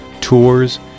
tours